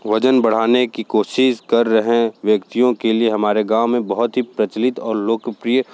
वज़न बढ़ाने की कोशिश कर रहें व्यक्तियों के लिए हमारे गाँव में बहुत ही प्रचलित और लोकप्रिय